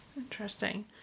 Interesting